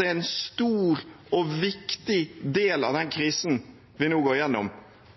er en stor og viktig del av den krisen vi går gjennom,